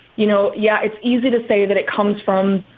you know? yeah. it's easy to say that it comes from,